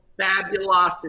fabulosity